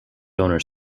donor